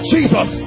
Jesus